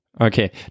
Okay